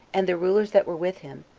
and the rulers that were with him,